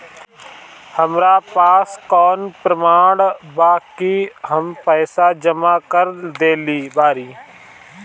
हमरा पास कौन प्रमाण बा कि हम पईसा जमा कर देली बारी?